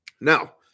Now